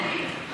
נכון.